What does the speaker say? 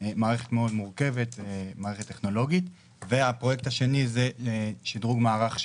מערכת טכנולוגית מאוד מורכבת,